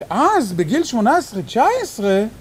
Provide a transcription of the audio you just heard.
אז בגיל שמונה עשרה, תשע עשרה?